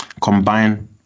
combine